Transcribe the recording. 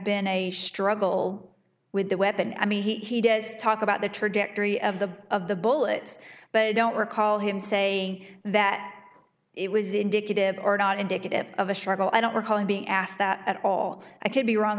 been a struggle with the weapon i mean he does talk about the trajectory of the of the bullets but i don't recall him saying that it was indicative or not indicative of a struggle i don't recall him being asked that at all i could be wrong